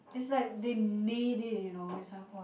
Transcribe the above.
it's like they made it you know it's like !wah!